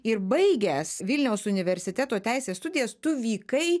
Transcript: ir baigęs vilniaus universiteto teisės studijas tu vykai